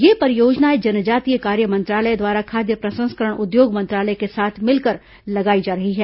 ये परियोजनाए जनजातीय कार्य मंत्रालय द्वारा खाद्य प्रसंस्करण उद्योग मंत्रालय के साथ मिलकर लगाई जा रही है